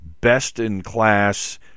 best-in-class